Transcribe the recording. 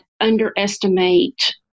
underestimate